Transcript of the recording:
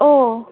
ओ